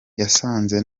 yasanze